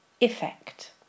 effect